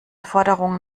forderungen